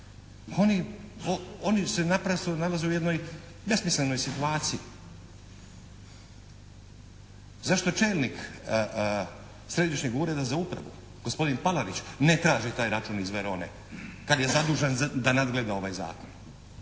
oni se naprosto nalaze u jednoj besmislenoj situaciji. Zašto čelnik Središnjeg ureda za upravu gospodin Palarić ne traži taj račun iz Verone kad je zadužen da nadgleda ovaj zakon.